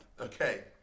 Okay